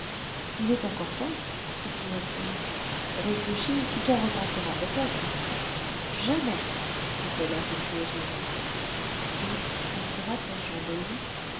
il est encore temps s'écria-t-il réfléchis tu t'en repentiras peut-être jamais fit-elle impétueusement et en se rapprochant de lui